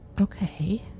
Okay